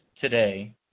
today